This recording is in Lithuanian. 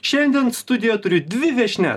šiandien studija turi dvi viešnias